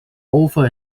over